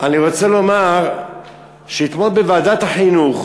אני רוצה לומר שאתמול בוועדת החינוך